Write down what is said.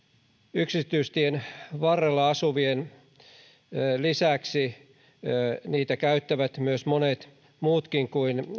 yksityistien varrella asuvien lisäksi niitä käyttävät myös monet muutkin kuin